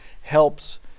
helps